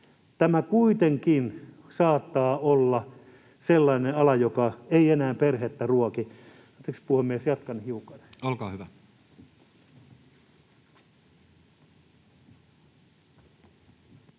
tämä kuitenkin saattaa olla sellainen ala, joka ei enää perhettä ruoki. Anteeksi puhemies, jatkan hiukan. [Puhuja